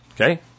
Okay